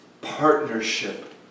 partnership